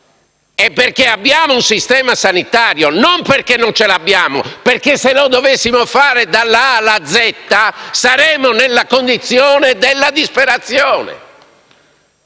è perché abbiamo un sistema sanitario, non perché non ce lo abbiamo, perché se lo dovessimo fare dalla a alla zeta, saremmo in una condizione di disperazione.